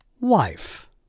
wife